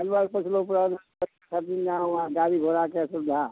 हमे आओर सोचलहुँ हमरा गाड़ी घोड़ाके सुविधा